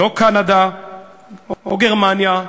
לא קנדה או גרמניה,